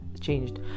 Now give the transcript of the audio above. changed